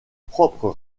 propres